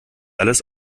alles